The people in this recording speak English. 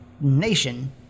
nation